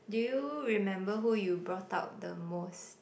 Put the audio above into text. do you remember who you brought out the most